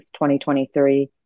2023